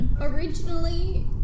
originally